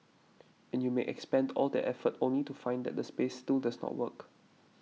and you may expend all that effort only to find that the space still does not work